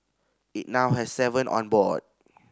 it now has seven on board